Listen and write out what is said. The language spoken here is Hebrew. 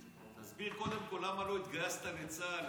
תסביר קודם כול למה לא התגייסת לצה"ל,